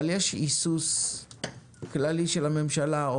אבל יש היסוס כללי של הממשלה.